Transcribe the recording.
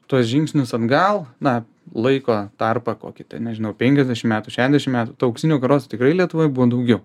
tuos žingsnius atgal na laiko tarpą kokį tai nežinau penkiasdešimt metų šešiasdešimt metų tų auksinių karosų tikrai lietuvoj buvo daugiau